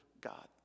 God